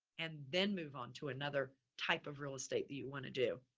and then move on to another type of real estate that you want to do.